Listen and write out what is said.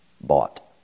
bought